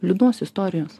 liūdnos istorijos